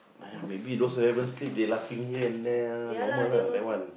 uh maybe those haven't sleep they laughing here and there normal lah that one